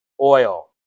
oil